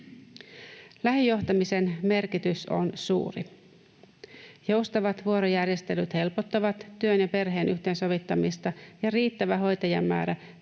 Lähijohtamisen merkitys on suuri. Joustavat vuorojärjestelyt helpottavat työn ja perheen yhteensovittamista, ja riittävä hoitajamäärä